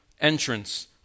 entrance